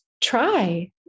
try